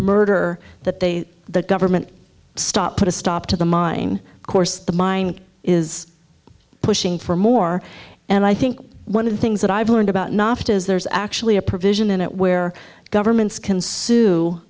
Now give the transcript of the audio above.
murder that they the government stopped put a stop to the mine course the mine is pushing for more and i think one of the things that i've learned about not is there's actually a provision in it where governments can sue